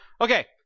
Okay